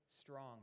strong